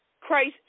Christ